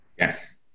Yes